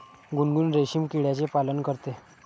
गुनगुन रेशीम किड्याचे पालन करते